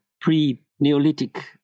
pre-neolithic